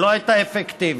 שלא הייתה אפקטיבית,